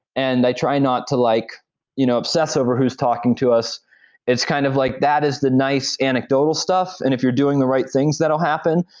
and i try not to like you know obsess over who's talking to us it's kind of like, that is the nice anecdotal stuff that. and if you're doing the right things, that'll happen.